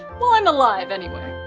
while i'm alive, anyway.